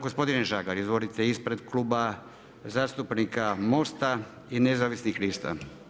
Gospodine Žagar, izvolite ispred Kluba zastupnika MOST-a nezavisnih lista.